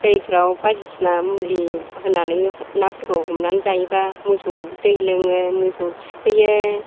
दैफ्राव बायदिसिना मुलि होनानै नाफोरखौ हमनानै जायोब्ला मोसौ दै लोङो मोसौ थुखैयो